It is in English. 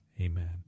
Amen